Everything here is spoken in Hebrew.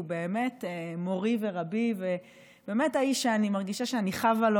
הוא באמת מורי ורבי והאיש שאני מרגישה שאני חבה לו